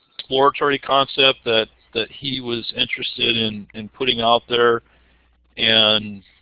exploratory concept that that he was interested in and putting out there and